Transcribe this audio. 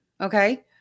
okay